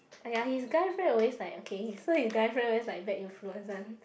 !aiya! his guy friend always like okay so his guy friend always like bad influence one